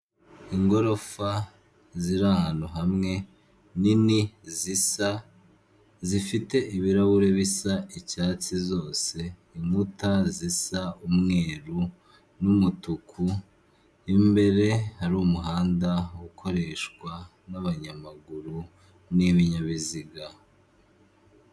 Igorofa ziri hamwe, nini, zisa, zifite ibirahure bisa icyatsi, zose inkuta zisa umweru numutuku, imbere hari umuhanda ukoreshwa n'abanyamaguru n'ibinyabiziga.